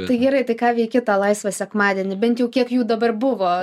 tai gerai tai ką veiki tą laisvą sekmadienį bent jau kiek jų dabar buvo